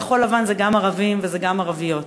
כחול-לבן זה גם ערבים וגם ערביות,